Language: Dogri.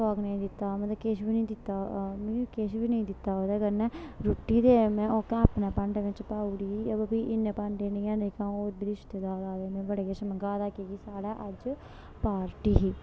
फाक नेईं दित्ता मतलब किश बी नी दित्ता मिगी किश बी नी दित्ता ओह्दे कन्नै रुट्टी ते में अपने भांडे बिच्च पाऊ उड़ी ही इ'न्ने भांडे नी हैन जेहकी अ'ऊं रिश्तेदार आए बड़ा किश मंगाए दा कि साढ़े अज्ज पार्टी ही